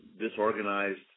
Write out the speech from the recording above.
disorganized